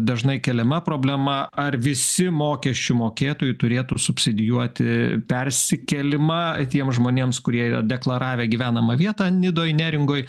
dažnai keliama problema ar visi mokesčių mokėtojai turėtų subsidijuoti persikėlimą tiem žmonėms kurie deklaravę gyvenamą vietą nidoj neringoj